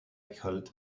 cult